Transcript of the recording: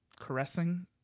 Caressing